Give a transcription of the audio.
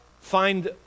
find